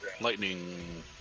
lightning